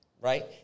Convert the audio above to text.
right